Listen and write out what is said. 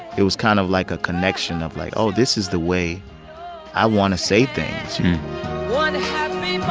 it was kind of like a connection of like, oh, this is the way i want to say things one happy